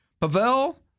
Pavel